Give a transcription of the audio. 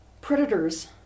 Predators